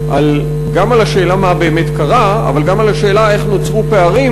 גם על השאלה מה באמת קרה אבל גם על השאלה איך נוצרו פערים,